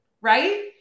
right